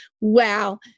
wow